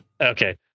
Okay